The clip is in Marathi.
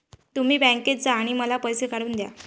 तुम्ही बँकेत जा आणि मला पैसे काढून दया